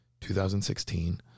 2016